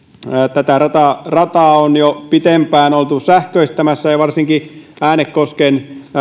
tätä rataa rataa on jo pitempään oltu sähköistämässä ja varsinkin äänekosken